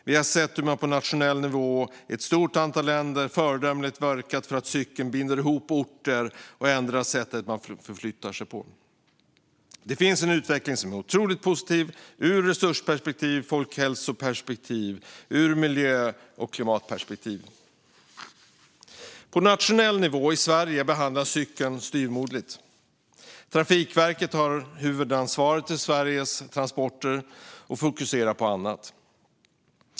Vi har sett hur man på nationell nivå i ett stort antal länder föredömligt verkat så att cykeln binder ihop orter och ändrar sättet man förflyttar sig. Det finns en utveckling som är otroligt positiv ur resursperspektiv, folkhälsoperspektiv och miljö och klimatperspektiv. På nationell nivå i Sverige behandlas cykeln styvmoderligt. Trafikverket har huvudansvaret för Sveriges transporter men fokuserar på annat.